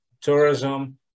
tourism